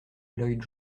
lloyd